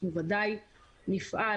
אנחנו ודאי נפעל,